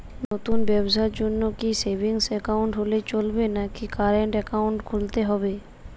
নতুন ব্যবসার জন্যে কি সেভিংস একাউন্ট হলে চলবে নাকি কারেন্ট একাউন্ট খুলতে হবে?